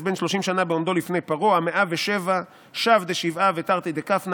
בן שלשים שנה בעמדו לפני פרעה' הא מאה ושבע שב דשבעא ותרתי דכפנא